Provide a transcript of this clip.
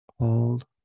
Hold